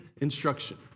instruction